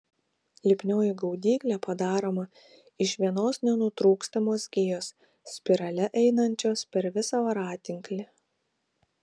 lipnioji gaudyklė padaroma iš vienos nenutrūkstamos gijos spirale einančios per visą voratinklį